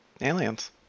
aliens